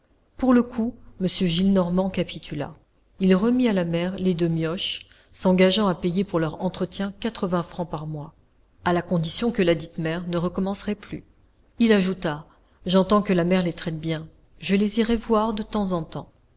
pour le coup m gillenormand capitula il remit à la mère les deux mioches s'engageant à payer pour leur entretien quatre-vingts francs par mois à la condition que ladite mère ne recommencerait plus il ajouta j'entends que la mère les traite bien je les irai voir de temps en temps